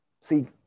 See